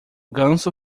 ganso